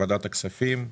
ועדת הכספים.